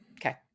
Okay